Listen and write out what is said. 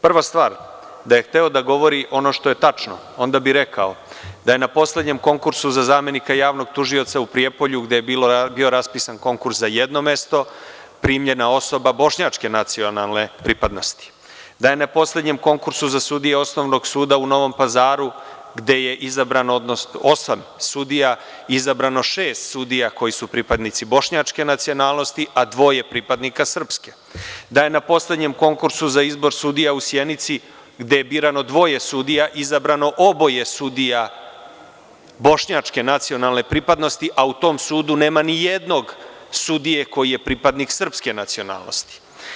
Prva stvar, da je hteo da govori ono što je tačno, onda bi rekao da je na poslednjem konkursu za zamenika javnog tužioca u Prijepolju, gde je bio raspisan konkurs za jedno mesto, primljena osoba bošnjačke nacionalne pripadnosti, da je na konkursu za sudije Osnovnog suda u Novom Pazaru, gde je izabrano osam sudija, izabrano šest sudija koji su pripadnici bošnjačke nacionalnosti, a dvoje pripadnika srpske, da je na poslednjem konkursu za izbor sudija u Sjenici gde je birano dvoje sudija, izabrano oboje sudija bošnjačke nacionalne pripadnosti, a u tom sudu nema ni jednog sudije koji je pripadnik srpske nacionalnosti.